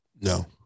No